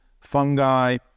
fungi